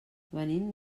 venim